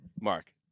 Mark